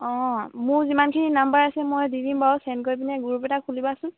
অঁ মোৰ যিমানখিনি নম্বৰ আছে মই দি দিম বাৰু চেণ্ড কৰি পিনে গ্ৰুপ এটা খুলিবাচোন